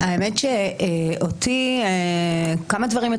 מטרידים אותי כמה דברים,